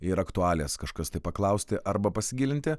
ir aktualijas kažkas tai paklausti arba pasigilinti